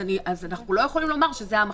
אז אנחנו לא יכולים לומר שזה המחלוקת.